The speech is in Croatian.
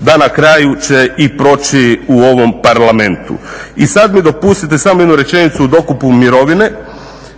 da na kraju će i proći u ovom parlamentu. I sad mi dopustite samo jednu rečenicu o dokupu mirovine.